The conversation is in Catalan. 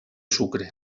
sucre